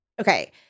okay